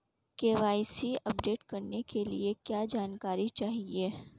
KYC update करने के लिए क्या जानकारी चाहिए?